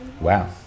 Wow